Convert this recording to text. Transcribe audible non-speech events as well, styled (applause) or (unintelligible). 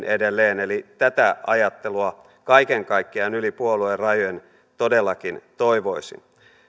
(unintelligible) edelleen eli tätä ajattelua kaiken kaikkiaan yli puoluerajojen todellakin toivoisin